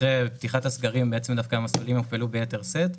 אחרי פתיחת הסגרים דווקא המסלולים הופעלו ביתר שאת.